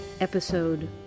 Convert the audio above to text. Episode